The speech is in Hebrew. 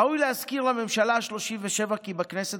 ראוי להזכיר לממשלה השלושים-ושבע כי בכנסת